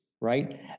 right